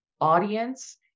audience